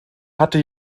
hatte